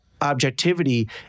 objectivity